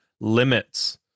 limits